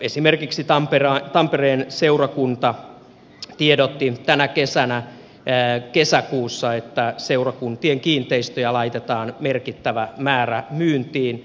esimerkiksi tampereen seurakunta tiedotti tänä kesänä kesäkuussa että seurakuntien kiinteistöjä laitetaan merkittävä määrä myyntiin